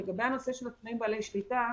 לגבי בעלי שליטה,